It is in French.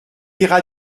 ira